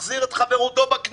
הוא מחזיר את חברותו בכנסת.